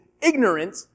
ignorant